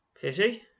Pity